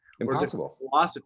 impossible